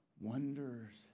wonders